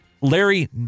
Larry